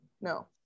no